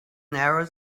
narrow